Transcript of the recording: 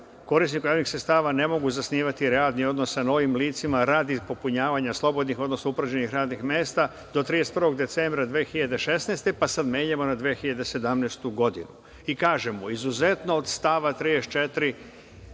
korisnici javnih sredstava ne mogu zasnivati radni odnos sa novim licima radi popunjavanja slobodnih, odnosno upražnjenih radnih mesta do 31. decembra 2016. godine, pa sad menjamo na 2017. godinu. I kažemo – izuzetno od stava 34.